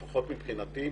לפחות מבחינתי,